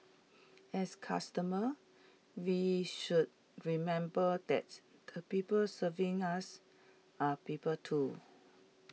as customers we should remember that the people serving us are people too